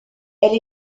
elle